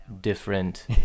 different